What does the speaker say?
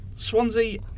Swansea